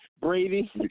Brady